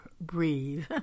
breathe